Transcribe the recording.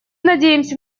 надеемся